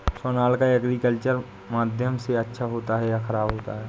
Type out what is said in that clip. Sonalika agriculture माध्यम से अच्छा होता है या ख़राब होता है?